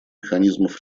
механизмов